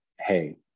hey